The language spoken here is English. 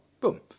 Boom